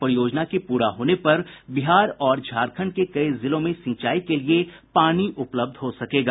परियोजना के पूरा होने पर बिहार और झारंखड के कई जिलों में सिंचाई के लिए पानी उपलब्ध हो सकेगा